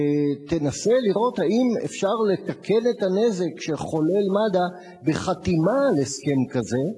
ותנסה לראות אם אפשר לתקן את הנזק שחולל מד"א בחתימה על הסכם כזה.